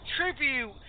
tribute